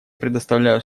предоставляю